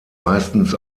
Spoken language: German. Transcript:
meistens